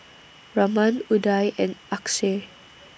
Raman Udai and Akshay